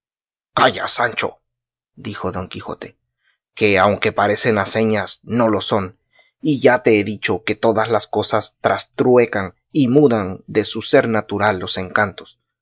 calla sancho dijo don quijote que aunque parecen aceñas no lo son y ya te he dicho que todas las cosas trastruecan y mudan de su ser natural los encantos